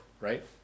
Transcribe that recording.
right